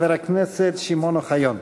חבר הכנסת שמעון אוחיון.